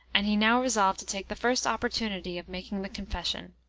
and he now resolved to take the first opportunity of making the confession.